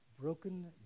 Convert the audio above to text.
broken